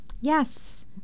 Yes